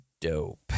dope